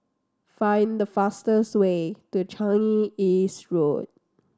find the fastest way to Changi East Road